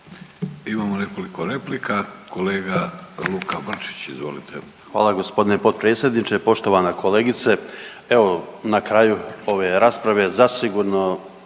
Imamo nekoliko replika. Kolega Luka Brčić, izvolite. **Brčić, Luka (HDZ)** Hvala g. potpredsjedniče. Poštovana kolegice, evo na kraju ove rasprave zasigurno